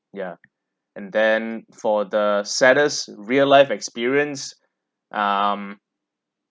ya and then for the saddest real life experience um